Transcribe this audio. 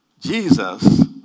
Jesus